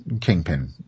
kingpin